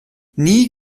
nie